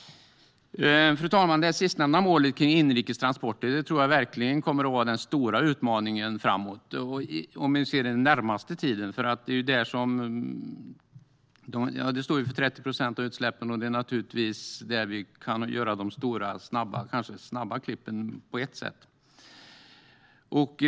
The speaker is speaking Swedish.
Fru talman! Det sistnämnda målet för inrikes transporter kommer verkligen att vara den stora utmaningen den närmaste tiden. De står för 30 procent av utsläppen. Det är naturligtvis där vi kan göra de stora och kanske snabba klippen på ett sätt.